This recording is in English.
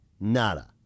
Nada